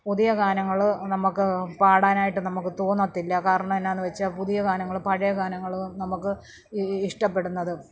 പുതിയ ഗാനങ്ങള് നമുക്ക് പാടാനായിട്ട് നമുക്ക് തോന്നത്തില്ല കാരണം എന്നാന്ന് വെച്ചാൽ പുതിയ ഗാനങ്ങളും പഴയ ഗാനങ്ങളും നമുക്ക് ഇഷ്ടപ്പെടുന്നതും